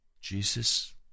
Jesus